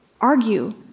argue